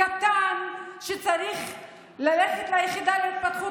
ילד קטן שצריך ללכת ליחידה להתפתחות